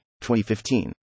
2015